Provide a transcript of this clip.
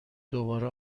دوباره